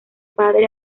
padre